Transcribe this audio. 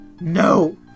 No